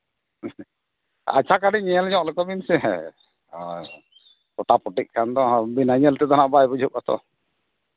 ᱟᱪᱪᱷᱟ ᱠᱟᱹᱴᱤᱡ ᱧᱮᱞ ᱧᱚᱜ ᱞᱮᱠᱚ ᱵᱤᱱ ᱥᱮ ᱦᱳᱭ ᱯᱚᱴᱟ ᱯᱚᱴᱤᱜ ᱠᱷᱟᱱ ᱫᱚ ᱵᱤᱱᱟᱹ ᱧᱮᱞ ᱛᱮᱫᱚ ᱱᱟᱦᱟᱸᱜ ᱵᱟᱭ ᱵᱩᱡᱷᱟᱹᱜ ᱟᱛᱚ